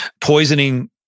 poisoning